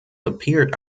appeared